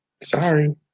Sorry